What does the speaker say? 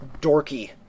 dorky